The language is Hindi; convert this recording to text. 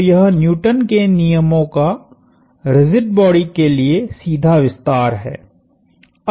तो यह न्यूटन के नियमों का रिजिड बॉडीस के लिए सीधा विस्तार है